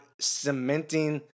cementing